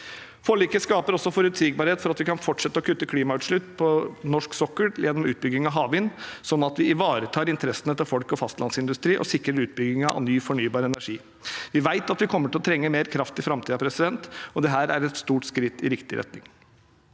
Forliket skaper også forutsigbarhet for at vi kan fortsette å kutte klimautslipp på norsk sokkel gjennom utbygging av havvind, slik at vi ivaretar interessene til folk og fastlandsindustri og sikrer utbyggingen av ny fornybar energi. Vi vet at vi vil trenge mer kraft i framtiden, og dette er et stort skritt i riktig retning.